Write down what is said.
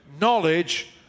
knowledge